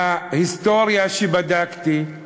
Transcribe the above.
מההיסטוריה שבדקתי,